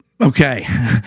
Okay